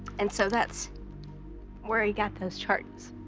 and so that's where he got those charges.